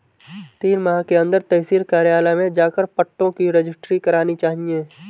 तीन माह के अंदर तहसील कार्यालय में जाकर पट्टों की रजिस्ट्री करानी चाहिए